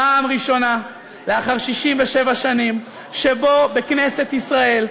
פעם ראשונה לאחר 67 שנים שבה בכנסת ישראל,